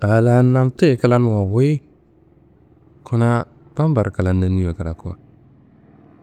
A la nantiye klan wa wuyi kuna bambar klan nanniwa krakuwo.